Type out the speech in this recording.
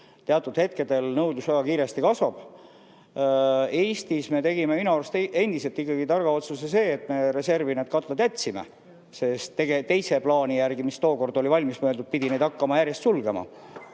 teatud hetkedel nõudlus väga kiiresti kasvab. Eestis me tegime minu arvates ikkagi targa otsuse, et me need katlad reservi jätsime. Teise plaani järgi, mis tookord oli valmis mõeldud, pidi neid hakkama järjest sulgema.